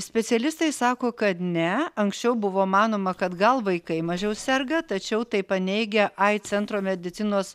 specialistai sako kad ne anksčiau buvo manoma kad gal vaikai mažiau serga tačiau tai paneigia aids centro medicinos